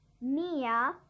Mia